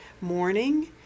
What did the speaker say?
morning